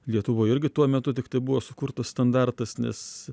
lietuvoj irgi tuo metu tiktai buvo sukurtas standartas nes